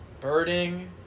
birding